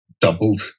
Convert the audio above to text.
doubled